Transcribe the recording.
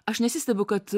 aš nesistebiu kad